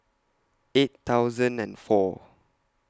eight thousand and four